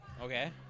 Okay